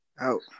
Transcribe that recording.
Out